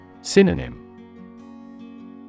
Synonym